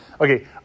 Okay